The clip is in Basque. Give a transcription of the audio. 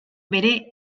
bere